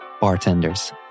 bartenders